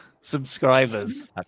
subscribers